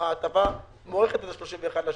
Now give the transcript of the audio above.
ההטבה מוארכת עד ל-31 בדצמבר,